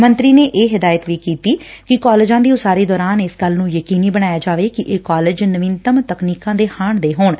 ਮੰਤਰੀ ਨੇ ਇਹ ਹਦਾਇਤ ਵੀ ਕੀਤੀ ਕਿ ਕਾਲਜਾਂ ਦੀ ਉਸਾਰੀ ਦੌਰਾਨ ਇਸ ਗੱਲ ਨੰ ਯਕੀਨੀ ਬਣਾਇਆ ਜਾਵੇ ਕਿ ਇਹ ਕਾਲਜ ਨਵੀਨਤਮ ਤਕਨੀਕਾਂ ਦੇ ਹਾਣ ਦੇ ਹੋਣ